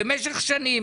במשך שנים,